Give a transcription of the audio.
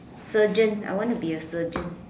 surgeon I want to be a surgeon